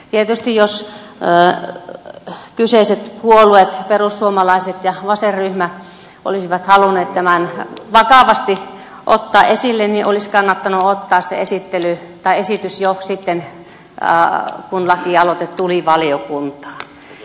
tietysti jos kyseiset puolueet perussuomalaiset ja vasenryhmä olisivat halunneet tämän vakavasti ottaa esille niin olisi kannattanut tehdä se jo silloin kun lakialoite tuli valiokuntaan